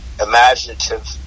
imaginative